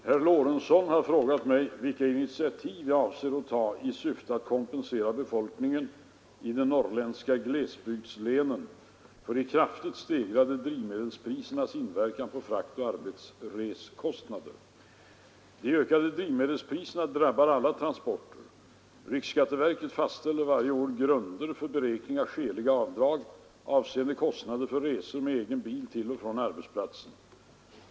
Herr talman! Herr Lorentzon har frågat mig vilka initiativ jag avser att ta i syfte att kompensera befolkningen i de norrländska glesbygdslänen för de kraftigt stegrade drivmedelsprisernas inverkan på fraktoch arbetsresekostnader. De ökade drivmedelspriserna drabbar alla transporter. Riksskatteverket fastställer varje år grunder för beräkning av skäliga avdrag avseende kostnader för resor med egen bil till och från arbetsplatsen.